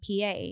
PA